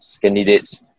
candidates